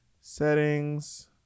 Settings